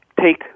take